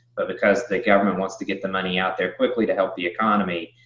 ah because the government wants to get the money out there quickly to help the economy,